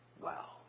Wow